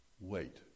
Wait